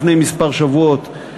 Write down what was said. לפני כמה שבועות,